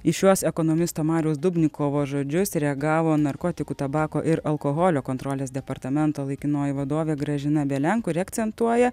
į šiuos ekonomisto mariaus dubnikovo žodžius reagavo narkotikų tabako ir alkoholio kontrolės departamento laikinoji vadovė gražina velen kuri akcentuoja